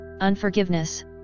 unforgiveness